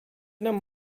nam